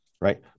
right